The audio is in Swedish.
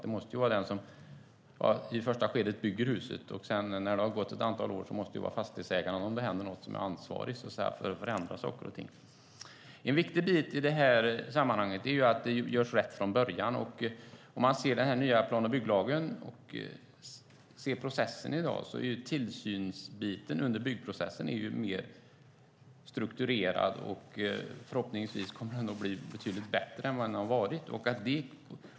Det måste i det första skedet vara den som bygger huset som är ansvarig, och när det har gått ett antal år måste det om det händer något vara fastighetsägarna som är ansvariga för att förändra saker och ting. En viktig del i det här sammanhanget är att det görs rätt från början. Tittar man på den nya plan och bygglagen och processen i dag ser man att tillsynsbiten under byggprocessen är mer strukturerad, och förhoppningsvis kommer den att bli bättre än vad den har varit.